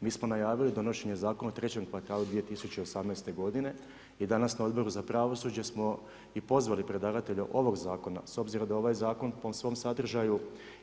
Mi smo najavili donošenje zakona u 3. kvartalu 2018.g. i danas u Odboru za pravosuđe smo i pozvali predlagatelje ovog zakona, s obzirom da ovaj zakon po svom sadržaju